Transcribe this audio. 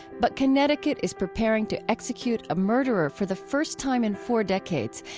but connecticut is preparing to execute a murderer for the first time in four decades,